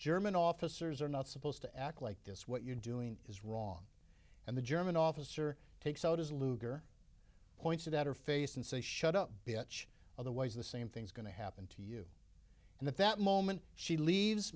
german officers are not supposed to act like this what you're doing is wrong and the german officer takes out his luger pointed at her face and say shut up bitch otherwise the same thing's going to happen to you and at that moment she leaves